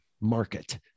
market